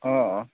অঁ অঁ